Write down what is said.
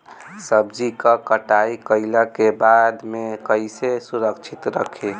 सब्जी क कटाई कईला के बाद में कईसे सुरक्षित रखीं?